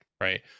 right